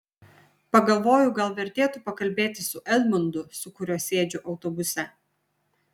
pagalvoju gal vertėtų pakalbėti su edmundu su kuriuo sėdžiu autobuse